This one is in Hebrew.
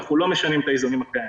אנחנו לא משנים את האיזונים הקיימים.